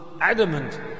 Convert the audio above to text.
adamant